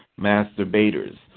masturbators